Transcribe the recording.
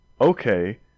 okay